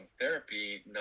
therapy